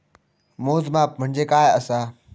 मोजमाप म्हणजे काय असा?